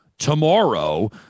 tomorrow